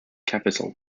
capital